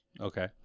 Okay